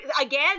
Again